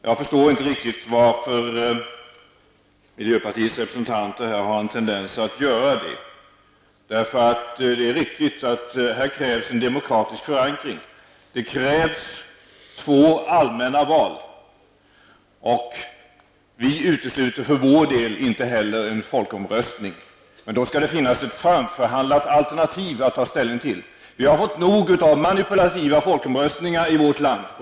Jag förstår inte riktigt miljöpartiets representanter som har en tendens att göra det. Det är riktigt att här krävs en demokratisk förankring. Det krävs två allmänna val, och vi utesluter för vår del inte heller en folkomröstning. Men då skall det finnas ett framförhandlat alternativ att ta ställning till. Vi har fått nog av manipulativa folkomröstningar i vårt land.